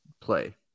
Play